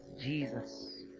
Jesus